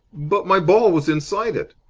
but my ball was inside it!